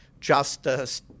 justice